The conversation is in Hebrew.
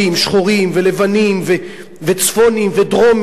שחורים ולבנים וצפונים ודרומים,